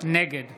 נגד